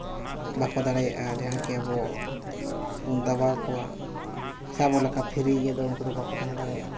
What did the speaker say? ᱵᱟᱠᱚ ᱫᱟᱲᱮᱭᱟᱜᱼᱟ ᱡᱟᱦᱟᱸ ᱜᱮ ᱟᱵᱚ ᱫᱟᱵᱟᱣ ᱠᱚᱣᱟ ᱥᱮ ᱟᱵᱚ ᱞᱮᱠᱟ ᱯᱷᱨᱤ ᱤᱭᱟᱹ ᱫᱚ ᱵᱟᱠᱚ ᱛᱟᱦᱮᱸ ᱫᱟᱲᱮᱭᱟᱜᱼᱟ